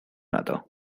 another